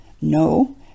No